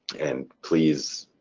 and please,